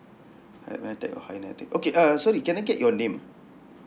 higher nitec or higher nitec okay uh sorry can I get your name ah